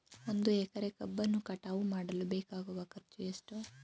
ಒಂದು ಎಕರೆ ಕಬ್ಬನ್ನು ಕಟಾವು ಮಾಡಲು ಬೇಕಾಗುವ ಖರ್ಚು ಎಷ್ಟು?